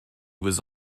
was